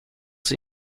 sie